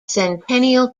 centennial